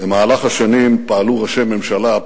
במהלך השנים פעלו ראשי ממשלה,